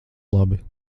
labi